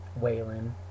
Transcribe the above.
Waylon